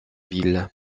ville